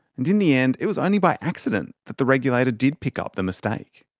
and in the end, it was only by accident that the regulator did pick up the mistake.